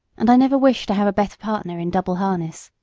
and i never wish to have a better partner in double harness.